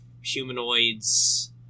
humanoids